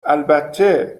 البته